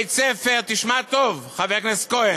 תשמע טוב, חבר הכנסת כהן,